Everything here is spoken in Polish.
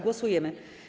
Głosujemy.